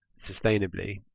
sustainably